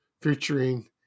featuring